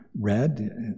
read